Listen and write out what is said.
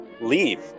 leave